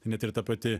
net ir ta pati